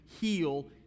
heal